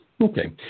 Okay